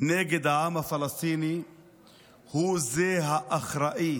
נגד העם הפלסטיני הוא האחראי